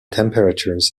temperatures